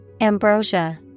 Ambrosia